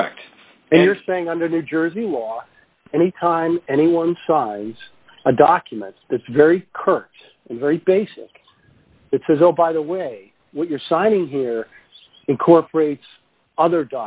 correct and you're saying under the jersey law any time any one size a document that's very curt and very basic it says oh by the way what you're signing here incorporates other